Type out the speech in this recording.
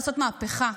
לעשות מהפכה.